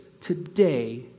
today